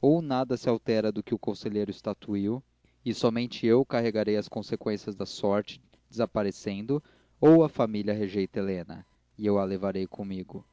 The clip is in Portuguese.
ou nada se altera do que o conselheiro estatuiu e somente eu carregarei as conseqüências da sorte desaparecendo ou a família rejeita helena e eu a levarei comigo